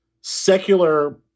secular